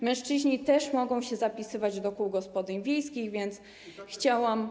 Mężczyźni też mogą się zapisywać do kół gospodyń wiejskich, więc chciałam.